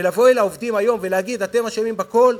ולבוא אל העובדים היום ולהגיד: אתם אשמים בכול,